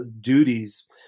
duties